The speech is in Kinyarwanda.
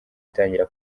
itangira